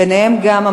ביניהם גם,